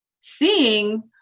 seeing